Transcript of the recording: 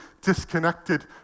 disconnected